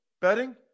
betting